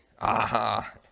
aha